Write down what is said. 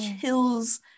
kills